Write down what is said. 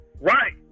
Right